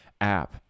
app